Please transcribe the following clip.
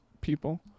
people